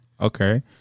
Okay